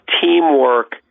teamwork